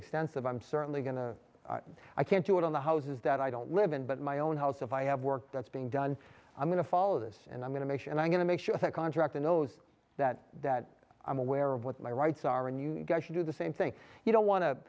extensive i'm certainly going to i can't do it on the houses that i don't live in but my own house if i have work that's being done i'm going to follow this and i'm going to make sure and i'm going to make sure that contract and knows that that i'm aware of what my rights are and you get to do the same thing you don't want to